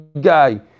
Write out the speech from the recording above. guy